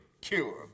cure